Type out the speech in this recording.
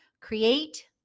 create